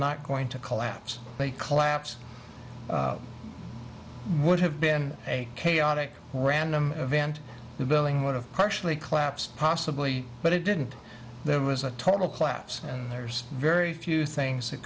not going to collapse they collapse would have been a chaotic random event the building one of partially collapsed possibly but it didn't there was a total collapse and there's very few things that